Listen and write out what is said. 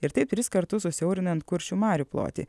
ir taip tris kartus susiaurinant kuršių marių plotį